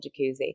jacuzzi